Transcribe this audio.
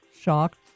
shocked